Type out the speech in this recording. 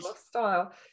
style